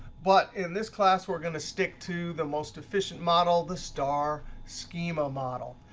but in this class, we're going to stick to the most efficient model, the star schema model.